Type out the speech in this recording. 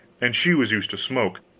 and she was used to smoke,